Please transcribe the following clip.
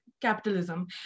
Capitalism